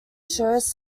shows